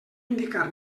indicar